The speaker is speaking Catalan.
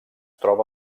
troba